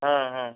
ହଁ ହଁ